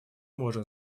можем